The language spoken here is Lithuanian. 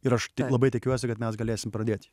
ir aš labai tikiuosi kad mes galėsim pradėt jį